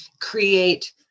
create